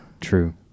True